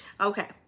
Okay